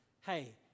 hey